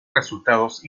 resultados